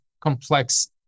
complex